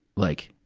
like,